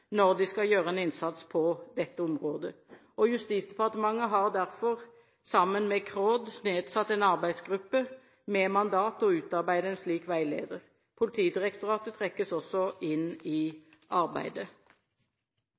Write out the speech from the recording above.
når de skal gjøre en innsats på dette området. Justisdepartementet har derfor, sammen med KRÅD, nedsatt en arbeidsgruppe med mandat til å utrede en slik veileder. Politidirektoratet trekkes også inn i arbeidet.